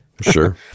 Sure